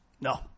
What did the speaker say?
No